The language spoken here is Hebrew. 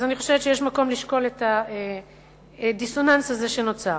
אז אני חושבת שיש מקום לשקול את הדיסוננס הזה שנוצר.